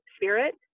spirit